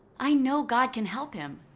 i know god can help him.